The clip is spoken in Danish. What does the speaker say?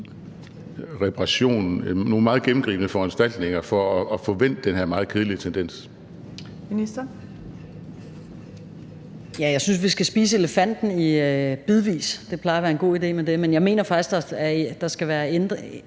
reparation, nogle meget gennemgribende foranstaltninger, for at få vendt den her meget kedelige tendens?